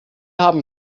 haben